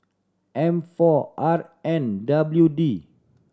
M four R N W D